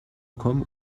kommen